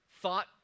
thought